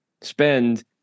spend